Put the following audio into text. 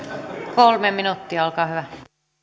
kolme minuuttia olkaa hyvä